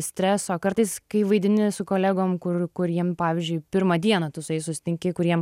streso kartais kai vaidini su kolegom kur kuriem pavyzdžiui pirmą dieną tu su jais susitinki kuriem